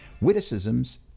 witticisms